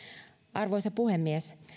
arvoisa puhemies